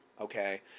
Okay